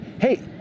Hey